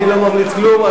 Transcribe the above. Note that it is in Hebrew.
אני לא ממליץ כלום.